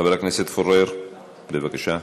חבר הכנסת פורר, בבקשה.